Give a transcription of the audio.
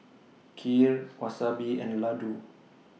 Kheer Wasabi and Ladoo